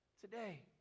today